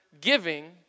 giving